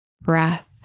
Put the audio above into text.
breath